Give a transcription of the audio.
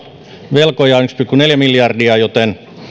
velkoja yksi pilkku neljä miljardia joten